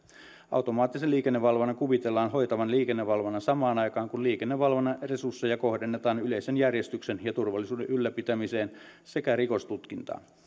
automaattisen liikennevalvonnan kuvitellaan hoitavan liikennevalvonnan samaan aikaan kun liikennevalvonnan resursseja kohdennetaan yleisen järjestyksen ja turvallisuuden ylläpitämiseen sekä rikostutkintaan